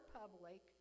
public